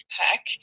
pack